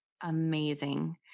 amazing